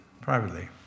privately